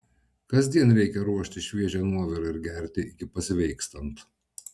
kasdien reikia ruošti šviežią nuovirą ir gerti iki pasveikstant